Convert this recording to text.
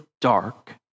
dark